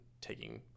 taking